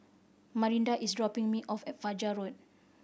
Marinda is dropping me off at Fajar Road